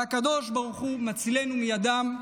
והקדוש ברוך הוא מצילנו מידם.